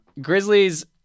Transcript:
grizzlies